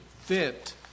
fit